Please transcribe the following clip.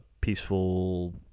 peaceful